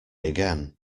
again